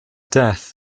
death